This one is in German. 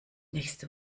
nächste